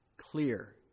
clear